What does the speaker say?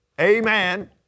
Amen